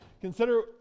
Consider